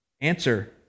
Answer